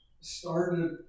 started